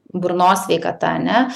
burnos sveikata ane